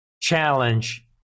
challenge